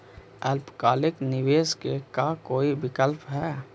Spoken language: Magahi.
अल्पकालिक निवेश के का कोई विकल्प है?